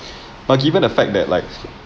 but given the fact that like